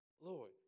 Lord